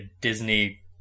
Disney